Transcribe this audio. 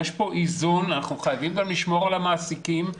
אנחנו חייבים גם לשמור על המעסיקים,